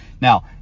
Now